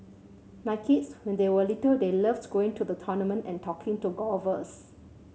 my kids when they were little they loves going to the tournament and talking to golfers